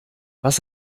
was